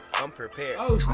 i'm prepared